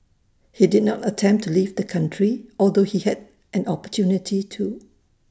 he did not attempt to leave the country although he had an opportunity to